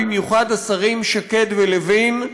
במיוחד השרים שקד ולוין,